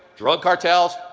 drug cartels,